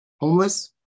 homeless